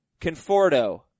Conforto